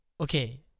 Okay